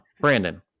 Brandon